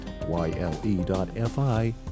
yle.fi